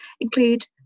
include